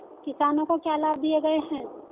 किसानों को क्या लाभ दिए गए हैं?